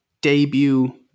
debut